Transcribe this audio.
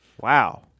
Wow